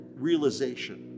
realization